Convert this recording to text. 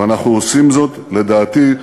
ואנחנו עושים זאת, לדעתי,